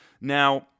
Now